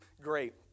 great